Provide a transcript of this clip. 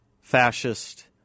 fascist